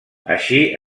així